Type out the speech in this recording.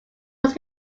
was